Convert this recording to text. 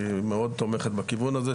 היא מאוד תומכת בכיוון הזה,